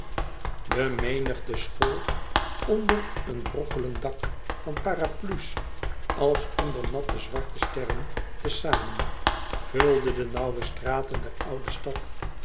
de menigte school onder een brokkelend dak van parapluies als onder natte zwarte sterren te zamen vulde de nauwe straten der oude stad